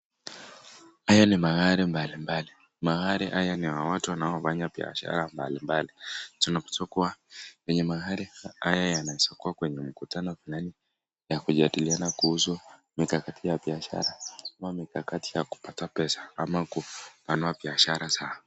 Haya ni magari mbalimbali. Magari haya ni ya watu wanaofanya biashara mbalimbali. Tunajua kuwa wenye magari haya yanaeza kuwa kwenye mkutano fulani ya kujadiliana kuhusu mikakati ya biashara ama mikakati ya kupata pesa ama kupanua biashara zao.